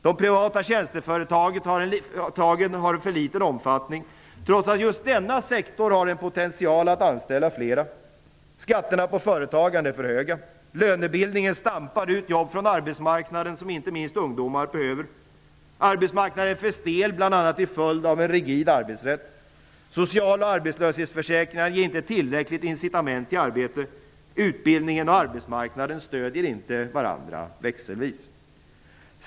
De privata tjänsteföretagen har för liten omfattning, trots att just denna sektor har en potential att anställa flera. Skatterna på företagandet är för höga. Lönebildningen stampar ut jobb från arbetsmarknaden, vilka inte minst ungdomar behöver. Arbetsmarknaden är för stel, bl.a. till följd av en rigid arbetsrätt. Social och arbetslöshetsförsäkringar ger inte tillräckliga incitament till arbete. Utbildningen och arbetsmarknaden stödjer inte varandra växelvis.